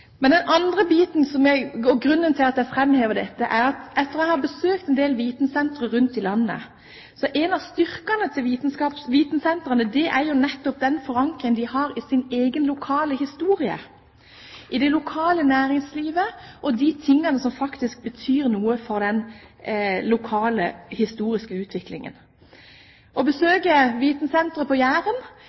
Grunnen til at jeg framhever dette, er at jeg – etter å ha besøkt en del vitensentre rundt omkring i landet – ser at en av styrkene til vitensentrene nettopp er den forankring de har i sin egen lokale historie, i det lokale næringslivet og de tingene som faktisk betyr noe for den lokale historiske utviklingen. Å besøke vitensenteret på Jæren